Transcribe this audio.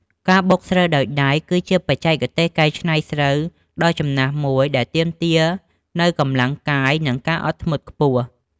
ការបុកស្រូវដោយដៃ គឺជាបច្ចេកទេសកែច្នៃស្រូវដ៏ចំណាស់មួយដែលទាមទារនូវកម្លាំងកាយ និងការអត់ធ្មត់ខ្ពស់។